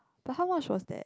but how much was that